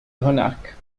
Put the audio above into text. هناك